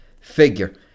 figure